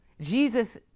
Jesus